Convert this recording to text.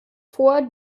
vor